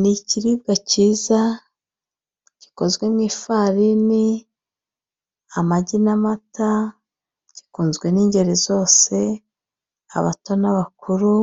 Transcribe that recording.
Ni ikiribwa cyiza, gikozwe mu ifarini, amagi n'amata, gikunzwe n'ingeri zose; abato n'abakuru,